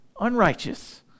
unrighteous